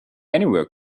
anywhere